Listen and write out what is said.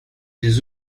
des